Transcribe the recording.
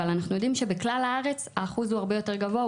אבל אנחנו יודעים שבכלל הארץ האחוז הוא הרבה יותר גבוה,